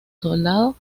soldado